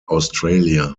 australia